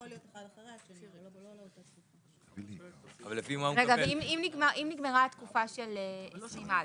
אבל אם נגמרה התקופה של 20א?